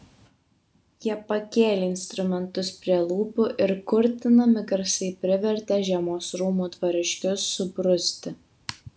jie pakėlė instrumentus prie lūpų ir kurtinami garsai privertė žiemos rūmų dvariškius subruzti